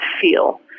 feel